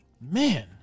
Man